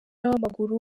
w’amaguru